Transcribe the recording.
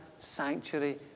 sanctuary